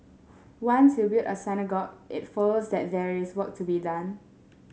once you build a synagogue it follows that there is work to be done